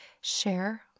share